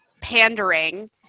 pandering